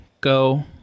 go